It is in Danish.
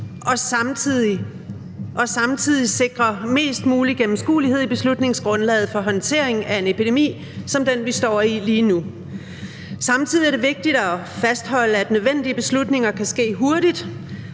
og samtidig sikrer mest mulig gennemskuelighed i beslutningsgrundlaget for håndteringen af en epidemi som den, vi står i lige nu. Samtidig er det vigtigt at fastholde, at nødvendige beslutninger kan træffes hurtigt,